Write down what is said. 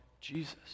Jesus